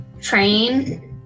train